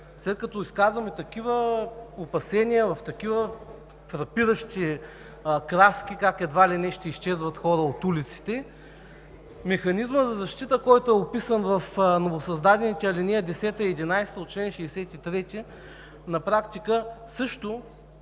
след като изказваме такива опасения, такива фрапиращи краски как едва ли не ще изчезват хора от улиците, механизмът за защита, който е описан в новосъздадените алинеи 10 и 11 от чл. 63, на практика също